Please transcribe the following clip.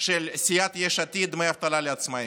של סיעת יש עתיד לדמי אבטלה לעצמאים.